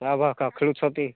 ଆଉ ଭଲକା ଖେଳୁଛନ୍ତି